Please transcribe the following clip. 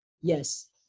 yes